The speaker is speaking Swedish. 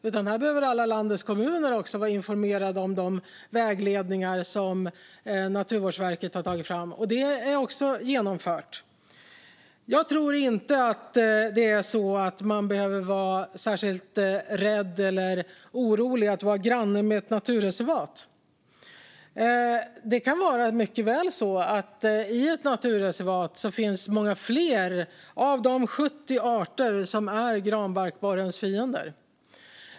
Också landets alla kommuner behöver vara informerade om de vägledningar som Naturvårdsverket har tagit fram. Det är också genomfört. Jag tror inte att man behöver vara särskilt rädd för eller orolig över att vara granne med ett naturreservat. Det kan mycket väl vara så att det i ett naturreservat finns många fler av de 70 arter som är granbarkborrens fiender.